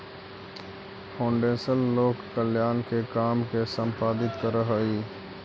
foundation लोक कल्याण के काम के संपादित करऽ हई